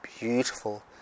beautiful